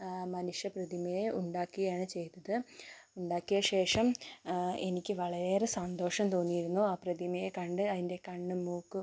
മനുഷ്യ പ്രതിമയെ ഉണ്ടാക്കുകയാണ് ചെയ്തത് ഉണ്ടാക്കിയ ശേഷം എനിക്ക് വളരെയേറെ സന്തോഷം തോന്നിയിരുന്നു ആ പ്രതിമയെ കണ്ട് അതിൻ്റെ കണ്ണും മൂക്കും